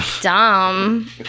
dumb